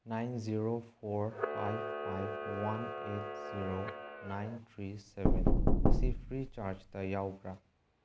nine zero four five five one eight zero nine three seven ꯑꯁꯤ ꯐ꯭ꯔꯤꯆꯥꯔ꯭ꯖꯇ ꯌꯥꯎꯕ꯭ꯔ